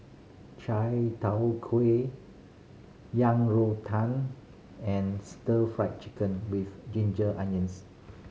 Chai Tow Kuay Yang Rou Tang and Stir Fry Chicken with ginger onions